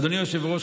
אדוני היושב-ראש,